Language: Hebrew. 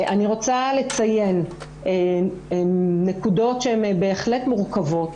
אני רוצה לציין נקודות שהן בהחלט מורכבות.